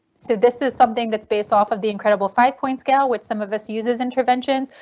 so this is something that's based off of the incredible five point scale which some of us uses interventions.